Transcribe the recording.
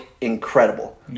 incredible